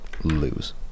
lose